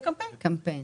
בקמפיין.